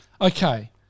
Okay